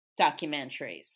documentaries